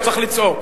לא צריך לצעוק.